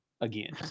again